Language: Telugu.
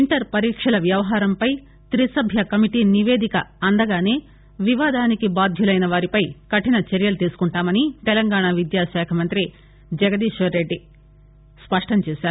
ఇంటర్ పరీక్షల వ్యవహారంపై తిసభ్య కమిటీ నివేదిక అందగానే వివాదానికి బాధ్యులైన వారిపై కఠిన చర్యలు తీసుకుంటామని తెలంగాణ విద్యాశాఖమంతి జగదీశ్రెడ్డి స్పష్టం చేశారు